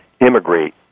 immigrate